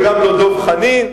וגם לא דב חנין.